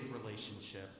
relationship